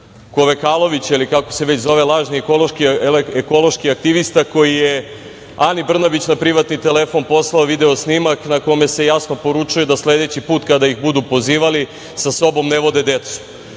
Kovekalovića, ili kako se već zove lažni ekološki aktivista, koji je Ani Brnabić na privatni telefon poslao video snimak na kome se jasno poručuje da sledeći put kada ih budu pozivali sa sobom ne vode decu?